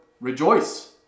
rejoice